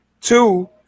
Two